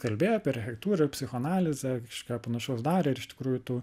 kalbėjo apie architektūrą ir psichoanalizę kažką panašaus darė ir iš tikrųjų tų